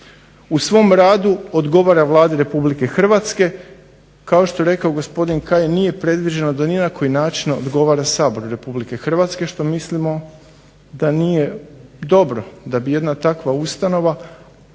U svom radu odgovara Vladi Republike Hrvatske. Kao što je rekao gospodin Kajin, nije predviđeno da ni na koji način odgovara Saboru Republike Hrvatske što mislimo da nije dobro, da bi jedna takva ustanova, taj